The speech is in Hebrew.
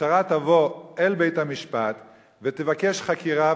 המשטרה תבוא אל בית-המשפט ותבקש חקירה.